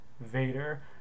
Vader